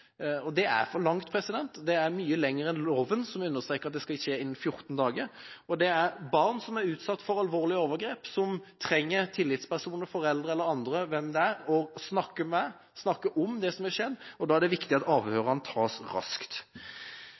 Det er for lenge, det er mye lenger enn loven tillater, der det understrekes at det skal skje innen 14 dager. Det er barn som er utsatt for alvorlige overgrep, som trenger tillitspersoner – foreldre eller andre, hvem det nå er – å snakke med og snakke om det som er skjedd. Da er det viktig at avhørene foretas raskt.